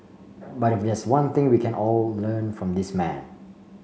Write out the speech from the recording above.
but if there's one thing we can all learn from this man